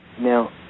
Now